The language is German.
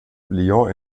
lyon